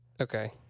Okay